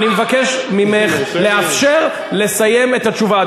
אני מבקש ממך לאפשר לסיים את התשובה.